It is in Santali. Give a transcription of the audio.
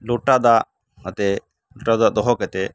ᱞᱚᱴᱟ ᱫᱟᱜ ᱟᱛᱮᱫ ᱞᱚᱴᱟ ᱫᱟᱜ ᱫᱚᱦᱚ ᱠᱟᱛᱮᱫ